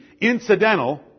incidental